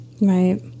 right